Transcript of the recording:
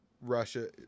Russia